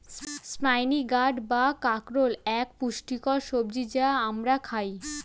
spiny gourd বা কাঁকরোল এক পুষ্টিকর সবজি যা আমরা খাই